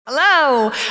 Hello